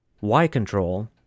Y-Control